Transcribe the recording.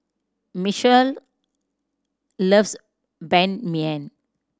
Michael loves Ban Mian